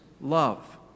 love